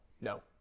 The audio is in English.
No